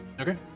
Okay